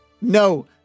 No